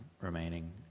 remaining